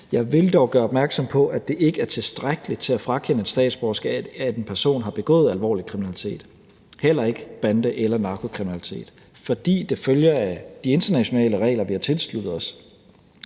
Jeg vil dog gøre opmærksom på, at det ikke er tilstrækkeligt til at frakende statsborgerskab, at en person har begået alvorlig kriminalitet, heller ikke bande- eller narkokriminalitet, fordi det følger af de internationale regler, vi har tilsluttet os.